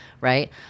right